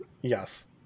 Yes